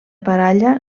baralla